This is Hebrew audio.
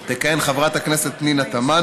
במקום חבר הכנסת אלעזר שטרן תכהן חברת הכנסת פנינה תמנו,